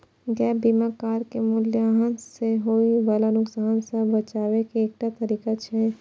gap बीमा car के मूल्यह्रास सं होय बला नुकसान सं बचाबै के एकटा तरीका छियै